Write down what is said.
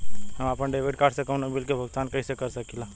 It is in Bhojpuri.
हम अपने डेबिट कार्ड से कउनो बिल के भुगतान कइसे कर सकीला?